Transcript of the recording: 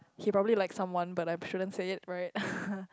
he probably likes someone but I shouldn't say it right